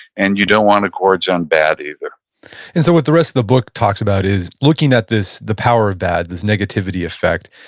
and you don't want to gorge on bad either and so what the rest of the book talks about is looking at the power of bad, this negativity effect,